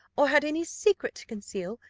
or had any secret to conceal,